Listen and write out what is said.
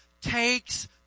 takes